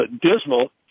dismal